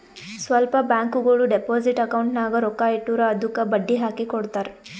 ಸ್ವಲ್ಪ ಬ್ಯಾಂಕ್ಗೋಳು deposit account ನಾಗ್ ರೊಕ್ಕಾ ಇಟ್ಟುರ್ ಅದ್ದುಕ ಬಡ್ಡಿ ಹಾಕಿ ಕೊಡ್ತಾರ್